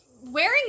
wearing